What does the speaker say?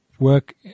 work